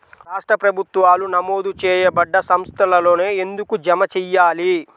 రాష్ట్ర ప్రభుత్వాలు నమోదు చేయబడ్డ సంస్థలలోనే ఎందుకు జమ చెయ్యాలి?